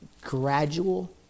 gradual